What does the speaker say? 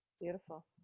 Beautiful